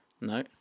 No